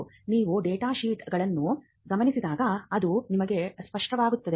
ನೀವು data sheet ಗಳನ್ನು ಗಮನಿಸಿದಾಗ ಅದು ನಿಮಗೆ ಸ್ಪಷ್ಟವಾಗುತ್ತದೆ